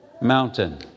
mountain